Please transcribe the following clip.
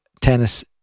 tennis